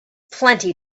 plenty